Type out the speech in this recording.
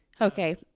okay